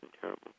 terrible